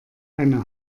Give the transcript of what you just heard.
eine